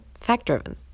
fact-driven